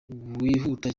wihuta